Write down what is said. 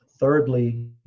thirdly